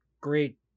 great